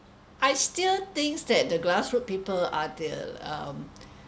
I still thinks that the grassroot people are the um